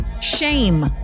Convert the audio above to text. Shame